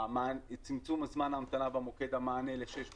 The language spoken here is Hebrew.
צמצום זמן ההמתנה במוקד המענה לשש דקות,